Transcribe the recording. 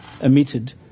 emitted